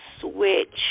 Switch